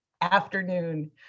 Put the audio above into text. afternoon